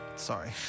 Sorry